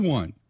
one